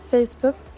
Facebook